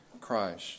Christ